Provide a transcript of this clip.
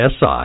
SI